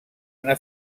una